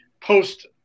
post